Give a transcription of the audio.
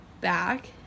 back